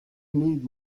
need